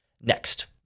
next